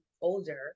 older